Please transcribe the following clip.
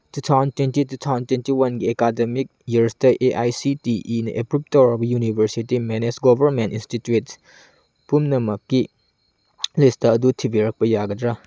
two thousand twenty two thousand twenty ꯋꯥꯟꯒꯤ academic ꯌꯤꯔ꯭ꯁꯇ A I C T ꯏꯅ ꯑꯦꯄ꯭ꯔꯨꯕ ꯇꯧꯔꯕ ꯌꯨꯅꯤꯕꯔꯁꯤꯇꯤ ꯃꯦꯅꯦꯖ ꯒꯣꯕꯔꯃꯦꯟ ꯏꯟꯁꯇꯤꯇ꯭ꯋꯤꯠ ꯄꯨꯝꯅꯃꯛꯀꯤ ꯂꯤꯁꯇ ꯑꯗꯨ ꯊꯤꯕꯤꯔꯛꯄ ꯌꯥꯒꯗ꯭ꯔ